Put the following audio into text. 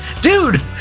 Dude